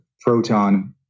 proton